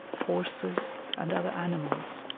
horses, and other animals,